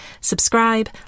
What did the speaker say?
subscribe